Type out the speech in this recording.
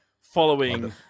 following